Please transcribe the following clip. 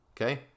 Okay